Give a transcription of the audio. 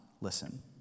listen